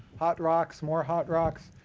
hot rocks, more hot rocks.